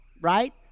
right